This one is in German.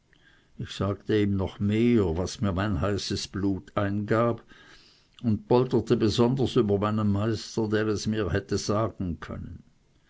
ich sagte ihm noch mehr was mir mein heißes blut eingab und polterte besonders über meinen meister der es mir hätte sagen können